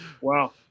wow